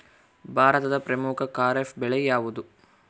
ಭಾರತದ ಪ್ರಮುಖ ಖಾರೇಫ್ ಬೆಳೆ ಯಾವುದು?